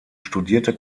studierte